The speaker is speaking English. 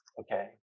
okay